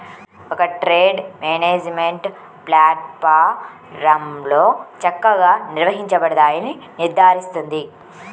ఒక trade management ప్లాట్ఫారమ్లో చక్కగా నిర్వహించబడతాయని నిర్ధారిస్తుంది